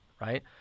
right